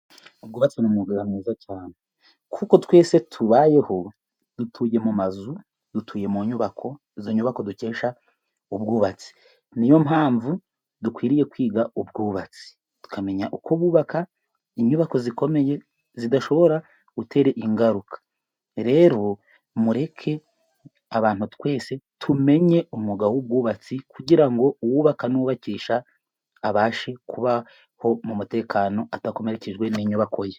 Ubwubatsi ni umwuga mwiza cyane, kuko twese tubayeho dutuye mu mazu, dutuye mu nyubako izo nyubako dukesha ubwubatsi, ni yo mpamvu dukwiriye kwiga ubwubatsi, tukamenya uko bubaka inyubako zikomeye zidashobora gutera ingaruka, rero mureke abantu twese tumenye umwuga w'ubwubatsi, kugira ngo uwubaka n'uwubakisha abashe kubaho mu mutekano atakomerekejwe n'inyubako ye.